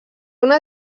una